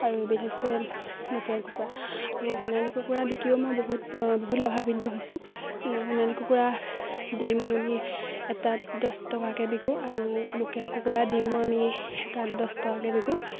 আৰু এবিধ হৈছে লোকেল কুকুৰা আৰু সোণালী কুকুৰা বিকিও মই বহুত বহুত লাভাম্বিত হৈছোঁ সোণালী কুকুৰা ডিম আমি এটাত দছ টকাকে বিকো আৰু লোকেল কুকুৰা ডিমো আমি এটাত দহ টকাকে বিকোঁ